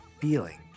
feeling